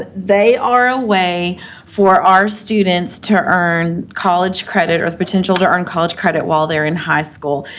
they are a way for our students to earn college credit or the potential to earn college credit while they're in high school.